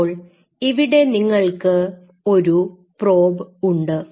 ഇപ്പോൾ ഇവിടെ നിങ്ങൾക്ക് ഒരു പ്രോബ് ഉണ്ട്